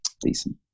Decent